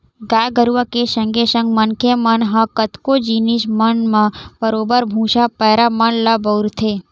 गाय गरुवा के संगे संग मनखे मन ह कतको जिनिस मन म बरोबर भुसा, पैरा मन ल बउरथे